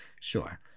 Sure